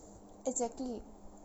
exactly